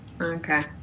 Okay